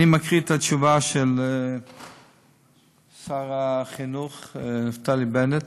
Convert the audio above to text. אני מקריא את התשובה של שר החינוך נפתלי בנט: